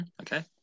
Okay